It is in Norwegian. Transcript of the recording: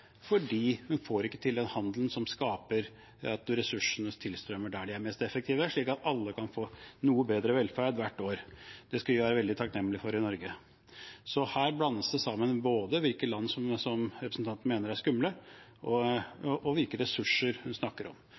fordi hun ikke får til den handelen som gjør at ressursene strømmer til der de er mest effektive, slik at alle kan få noe bedre velferd hvert år. Det skal vi være veldig takknemlig for i Norge. Så her blandes det sammen både hvilke land som representanten mener er skumle, og hvilke ressurser hun snakker om.